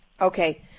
Okay